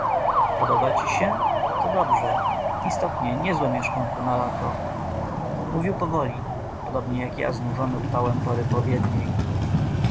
podoba ci się to dobrze istotnie niezłe mieszkanko na lato mówił powoli podobnie jak ja znużony upałem pory